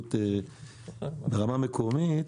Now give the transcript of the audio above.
שירות מקומית,